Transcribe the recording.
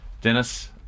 Dennis